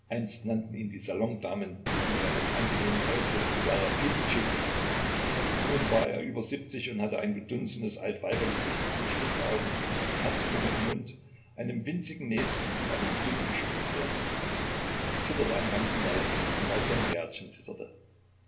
nannten ihn die salondamen wegen seines angenehmen äußern seraphimtschick nun war er über siebzig und hatte ein gedunsenes altweibergesicht mit schlitzaugen einem herzförmigen mund einem winzigen näschen und einem dünnen spitzbärtchen er zitterte am ganzen leibe und auch sein bärtchen zitterte